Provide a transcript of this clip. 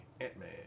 Ant-Man